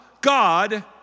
God